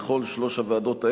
בכל שלוש הוועדות האלה,